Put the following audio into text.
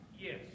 yes